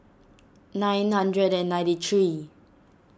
nine hundred and ninety three